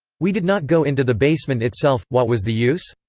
we did not go into the basement itself what was the use?